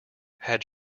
had